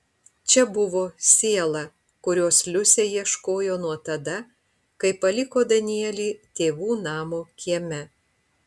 čia buvo siela kurios liusė ieškojo nuo tada kai paliko danielį tėvų namo kieme